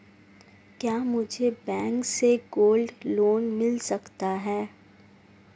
क्या मुझे बैंक से गोल्ड लोंन मिल सकता है?